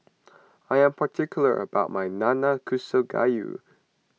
I am particular about my Nanakusa Gayu